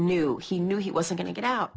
knew he knew he was a going to get out